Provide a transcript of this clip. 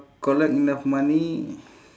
collect enough money